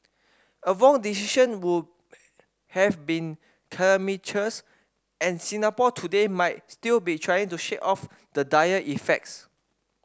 a wrong decision would have been calamitous and Singapore today might still be trying to shake off the dire effects